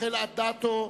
רחל אדטו,